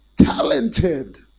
talented